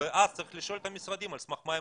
ואז צריך לשאול את המשרדים על סמך מה הם